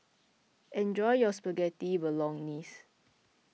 enjoy your Spaghetti Bolognese